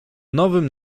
nowym